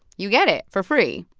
you get it for free.